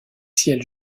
ciel